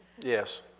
yes